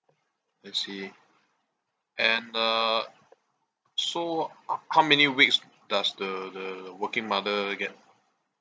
I see and uh so ho~ how many weeks does the the the working mother get